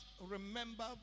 remember